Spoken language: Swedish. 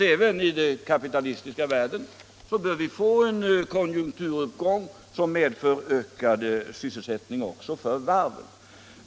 Även i den kapitalistiska världen bör vi få en konjunkturuppgång, som medför ökad sysselsättning också för varven.